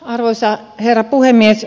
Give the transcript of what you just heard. arvoisa herra puhemies